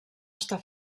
estar